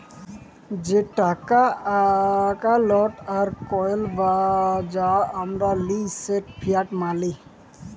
যে টাকা লট আর কইল যা আমরা লিই সেট ফিয়াট মালি